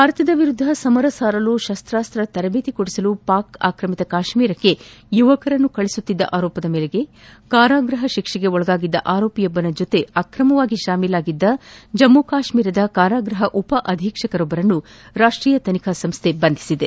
ಭಾರತದ ವಿರುದ್ದ ಸಮರ ಸಾರಲು ಶಸ್ತಾಸ್ತ ತರಬೇತಿ ಕೊಡಿಸಲು ಪಾಕ್ ಆಕ್ರಮಿತ ಕಾಶ್ಮೀರಕ್ಕೆ ಯುವಕರನ್ನು ಕಳುಹಿಸುತ್ತಿದ್ದ ಆರೋಪದಲ್ಲಿ ಕಾರಾಗೃಹ ಶಿಕ್ಷೆಗೆ ಒಳಗಾಗಿದ್ದ ಆರೋಪಿಯೊಬ್ಬನ ಜೊತೆ ಆಕ್ರಮವಾಗಿ ಶಾಮೀಲಾಗಿದ್ದ ಜಮ್ಮ ಕಾಶ್ಮೀರದ ಕಾರಾಗೃಹ ಉಪ ಅಧೀಕ್ಷಕರೊಬ್ಬರನ್ನು ರಾಷ್ಟೀಯ ತನಿಖಾ ಸಂಸ್ಥೆ ಬಂಧಿಸಿದೆ